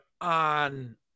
on